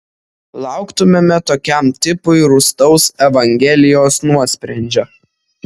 lauktumėme tokiam tipui rūstaus evangelijos nuosprendžio